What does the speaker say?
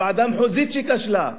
הוועדה המחוזית שכשלה,